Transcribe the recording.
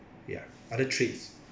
ya other traits